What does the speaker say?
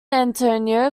antonio